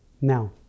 Now